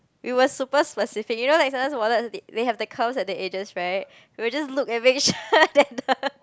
we were super specific you know sometimes wallets they have the curves at the edges right we'll just look and make sure that the